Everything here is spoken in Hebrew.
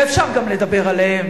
ואפשר גם לדבר עליהם.